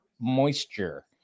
moisture